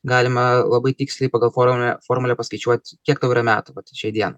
galima labai tiksliai pagal formulę formulę paskaičiuoti kiek tau yra metų vat šiai dienai